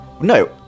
No